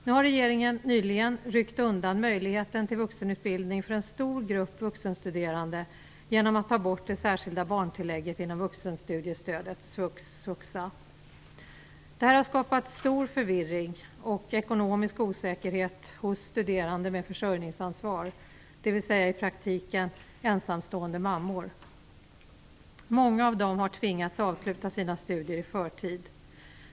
Nu har regeringen nyligen ryckt undan möjligheten till vuxenutbildning för en stor grupp vuxenstuderande genom att ta bort det särskilda barntillägget inom vuxenstudiestödet, svux och svuxa. Det här har skapat stor förvirring och ekonomisk osäkerhet hos studerande med försörjningsansvar, dvs. i praktiken ensamstående mammor. Många av dem har tvingats avsluta sina studier i förtid.